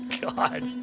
God